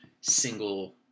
single